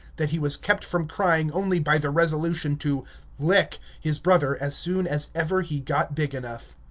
that he was kept from crying only by the resolution to lick his brother as soon as ever he got big enough.